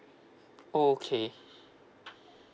oh okay